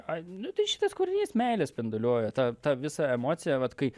ai nu tai šitas kūrinys meilę spinduliuoja tą tą visą emociją vat kai